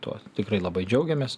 tuo tikrai labai džiaugiamės